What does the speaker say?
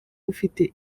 ufite